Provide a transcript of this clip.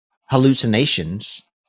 hallucinations